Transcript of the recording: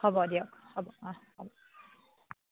হ'ব দিয়ক হ'ব অঁ হ'ব